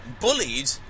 bullied